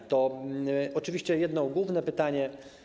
Jest oczywiście jedno główne pytanie.